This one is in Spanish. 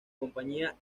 compañía